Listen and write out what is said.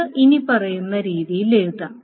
ഇത് ഇനിപ്പറയുന്ന രീതിയിൽ എഴുതാം